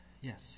Yes